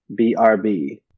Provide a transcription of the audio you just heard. BRB